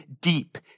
deep